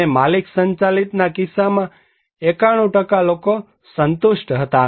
અને માલિક સંચાલિતના કિસ્સામાં 91 લોકો સંતુષ્ટ હતા